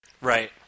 Right